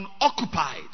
unoccupied